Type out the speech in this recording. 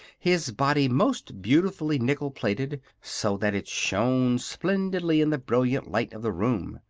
his body most beautifully nickle-plated, so that it shone splendidly in the brilliant light of the room.